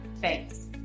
Thanks